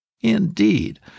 Indeed